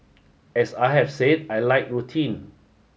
as I have said I like routine